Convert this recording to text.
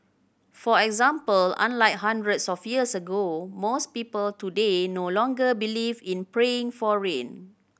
for example unlike hundreds of years ago most people today no longer believe in praying for rain